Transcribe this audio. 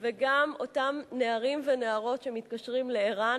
וגם אותם נערים ונערות שמתקשרים לער"ן,